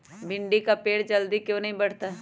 भिंडी का पेड़ जल्दी क्यों नहीं बढ़ता हैं?